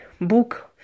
book